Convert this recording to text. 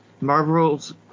Marvel's